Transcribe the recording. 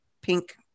pink